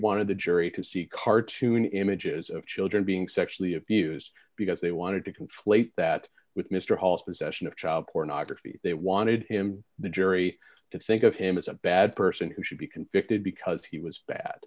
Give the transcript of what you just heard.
wanted the jury to see cartoon images of children being sexually abused because they wanted to conflate that with mr hasse possession of child pornography they wanted him the jury to think of him as a bad person who should be convicted because he was